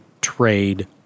trade